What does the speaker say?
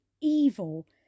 evil